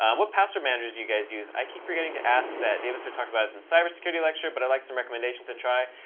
um what password managers do you guys use? i keep forgetting to ask that. david sir talked about it in cyber security lecture, but i'd like some recommendations to try.